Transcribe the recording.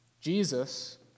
Jesus